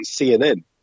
CNN